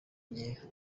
gihe